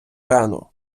рану